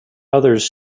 others